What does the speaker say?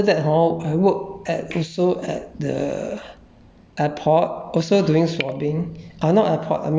uh 不会 leh not stress at all then then after that hor I worked at also at the